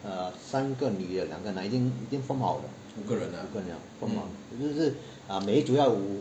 err 三个女的两个男的已经已经 form 好 liao 五个人 form 好 liao 只是每一组要有